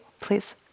please